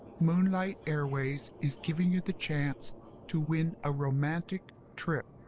moonlight airways is giving you the chance to win a romantic trip!